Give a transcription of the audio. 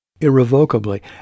irrevocably